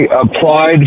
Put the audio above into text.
applied